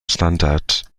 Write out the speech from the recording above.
standard